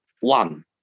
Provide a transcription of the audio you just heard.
one